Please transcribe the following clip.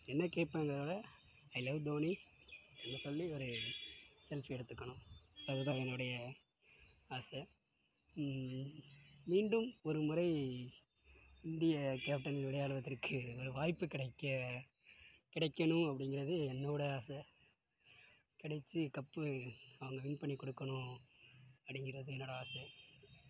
என்ன கேப்பன்ங்குறதை விட ஐலவ் தோனி சொல்லி ஒரு செல்பி எடுத்துக்கணும் அது தான் என்னுடைய ஆசை மீண்டும் ஒரு முறை இந்திய கேப்டனில் விளையாடுவதற்கு ஒரு வாய்ப்பு கிடைக்க கிடைக்கணும் அப்படிங்குறது என்னோட ஆசை கிடைச்சு கப் அவங்க வின் பண்ணி கொடுக்கணும் அப்படிங்குறது என்னோட ஆசை